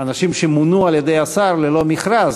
אנשים שמונו על-ידי השר ללא מכרז,